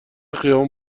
خیابون